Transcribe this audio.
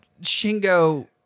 Shingo-